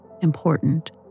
important